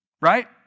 right